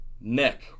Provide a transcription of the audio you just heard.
Nick